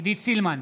עידית סילמן,